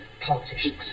politicians